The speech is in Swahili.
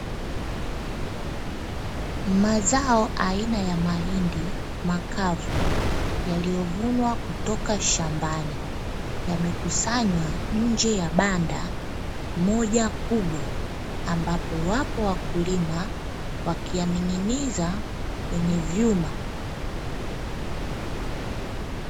Mazao aina ya mahindi makavu yaliyovunwa kutoka shambani yamekusanywa nje ya banda moja kubwa, ambapo wapo wakulima wakiyaning'iniza kwenye vyuma.